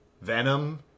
Venom